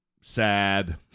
sad